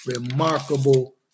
remarkable